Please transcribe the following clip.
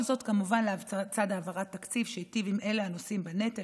כל זאת כמובן לצד העברת תקציב שהיטיב עם אלה הנושאים בנטל,